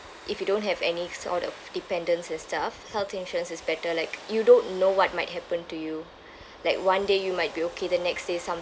if you don't have any sort of dependents and stuff health insurance is better like you don't know what might happen to you like one day you might be okay the next day something